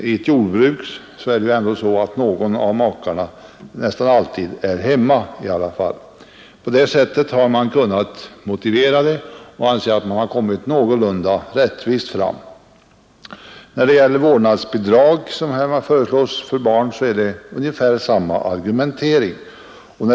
I ett jordbruk är nästan alltid någon av makarna hemma. På det sättet har man kunnat motivera olikheterna i förvärvsavdragets storlek och ansett det hela vara någorlunda rättvist. När det gäller de vårdnadsbidrag för barn som föreslås har vi ungefär samma argumentering.